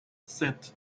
sete